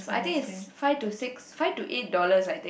but I think it's five to six five to eight dollars I think